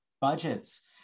budgets